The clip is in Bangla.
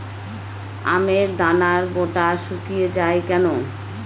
আমের দানার বোঁটা শুকিয়ে য়ায় কেন?